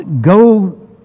go